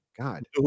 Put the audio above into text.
God